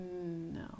No